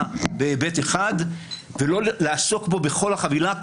בהיבט אחד ולא לעסוק בו בכל החבילה,